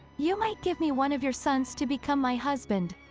you might give me one of your sons to become my husband.